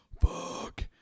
Fuck